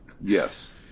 Yes